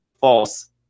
False